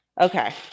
Okay